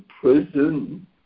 prison